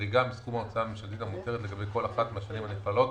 לחריגה מסכום ההוצאה הממשלתית המותרת לגבי כל אחת מהשנים הנכללות